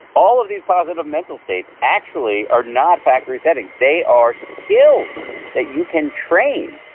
all of these positive mental states actually are not factory setting, they are skills that you can train.